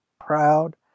proud